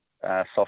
Soft